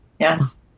Yes